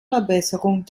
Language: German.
verbesserung